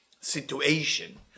situation